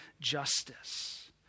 justice